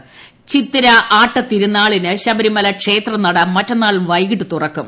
നിരോധനാജ്ഞ ചിത്തിര ആട്ടത്തിരുനാളിന് ശബരിമല ക്ഷേത്രനട മറ്റെന്നാൾ വൈകിട്ട് തുറക്കും